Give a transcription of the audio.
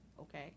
okay